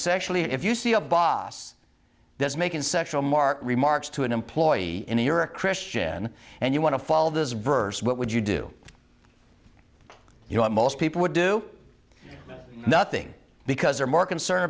sexually if you see a boss that's making sexual mark remarks to an employee in a you're a christian and you want to follow this verse what would you do you know what most people would do nothing because they're more concerned